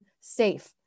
safe